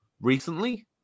Recently